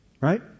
Right